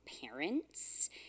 parents